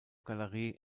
galerie